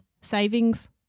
savings